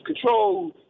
control